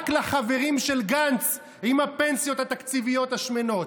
רק לחברים של גנץ עם הפנסיות התקציביות השמנות.